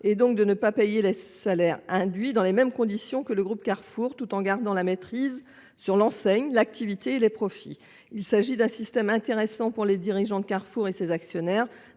et donc de ne pas payer les salaires dans les mêmes conditions, tout en gardant la maîtrise sur l'enseigne, l'activité et les profits. Il s'agit d'un système intéressant pour les dirigeants de Carrefour et ses actionnaires,